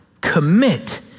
Commit